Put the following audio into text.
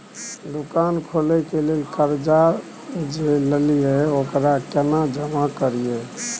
दुकान खोले के लेल कर्जा जे ललिए ओकरा केना जमा करिए?